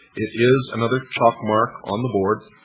it is another chalk mark on the board,